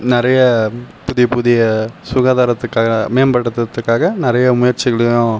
நிறைய புதிய புதிய சுகாதார திட்ட மேம்படுத்துகிறதுக்காக நிறைய முயற்சிகளையும்